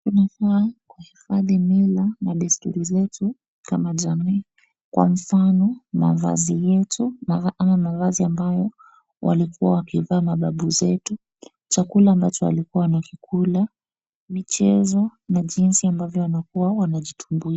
Inafaa kuhifadhi mila na desturi zetu kama jamii, kwa mfano mavazi yetu, ama mavazi ambayo walikuwa wakivaa mababu zetu, chakula ambacho walikuwa wanakikula, michezo na jinsi ambavyo wamekuwa wanajitumbuiza.